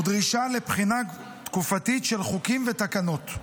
הוא דרישה לבחינה תקופתית של חוקים ותקנות.